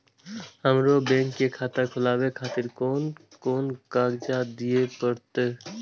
हमरो बैंक के खाता खोलाबे खातिर कोन कोन कागजात दीये परतें?